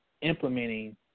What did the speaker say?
implementing